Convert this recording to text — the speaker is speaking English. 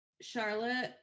Charlotte